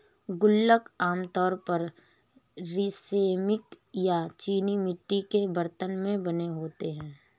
गुल्लक आमतौर पर सिरेमिक या चीनी मिट्टी के बरतन से बने होते हैं